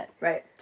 Right